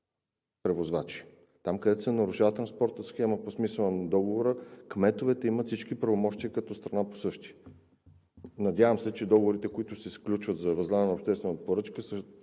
превозвачи, там, където се нарушава транспортната схема по смисъла на договоракметовете имат всички правомощия като страна по същия. Надявам се, че договорите, които се сключват за възлагане на обществена поръчка,